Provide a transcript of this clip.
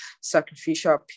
sacrificial